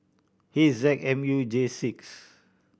H Z M U J six